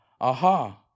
Aha